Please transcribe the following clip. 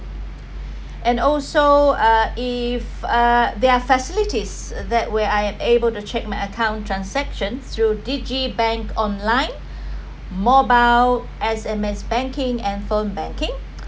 and also uh if uh there are facilities that where I am able to check my account transactions through digibank online mobile S_M_S banking and firm banking